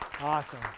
Awesome